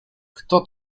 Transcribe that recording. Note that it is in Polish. kto